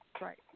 Right